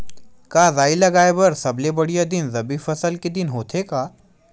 का राई लगाय बर सबले बढ़िया दिन रबी फसल के दिन होथे का?